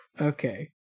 Okay